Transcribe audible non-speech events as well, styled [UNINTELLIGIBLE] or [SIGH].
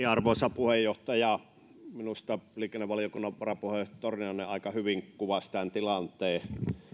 [UNINTELLIGIBLE] arvoisa puheenjohtaja minusta liikennevaliokunnan varapuheenjohtaja torniainen aika hyvin kuvasi tämän tilanteen